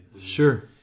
Sure